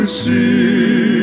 see